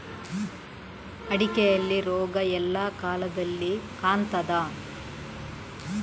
ಅಡಿಕೆಯಲ್ಲಿ ರೋಗ ಎಲ್ಲಾ ಕಾಲದಲ್ಲಿ ಕಾಣ್ತದ?